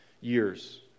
years